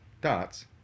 dots